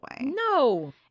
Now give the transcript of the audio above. No